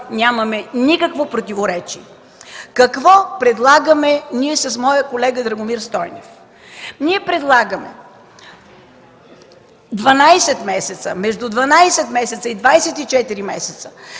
нямаме никакво противоречие. Какво предлагаме аз и моя колега Драгомир Стойнев? Ние предлагаме между 12 и 24 месеца